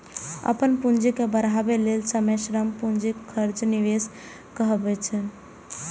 अपन पूंजी के बढ़ाबै लेल समय, श्रम, पूंजीक खर्च निवेश कहाबै छै